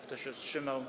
Kto się wstrzymał?